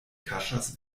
kaŝas